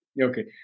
Okay